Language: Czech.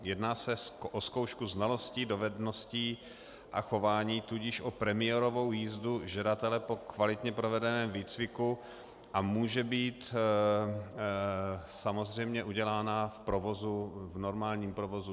Jedná se o zkoušku znalostí, dovedností a chování, tudíž o premiérovou jízdu žadatele po kvalitně provedeném výcviku, a může být samozřejmě udělána v normálním provozu.